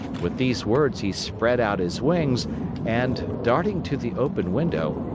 with these words he spread out his wings and, darting to the open window,